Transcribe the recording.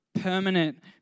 permanent